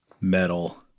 Metal